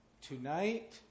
Tonight